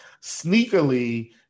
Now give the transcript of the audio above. sneakily